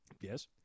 Yes